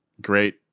great